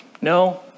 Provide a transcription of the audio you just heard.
No